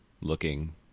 looking